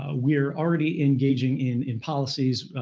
ah we're already engaging in in policies.